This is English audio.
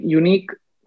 unique